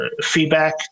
feedback